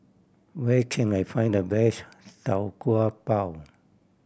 where can I find the best Tau Kwa Pau